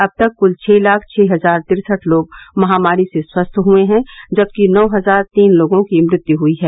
अब तक कुल छः लाख छः हजार तिरसठ लोग महामारी से स्वस्थ हुए हैं जबकि नौ हजार तीन लोगों की मृत्यु हुई है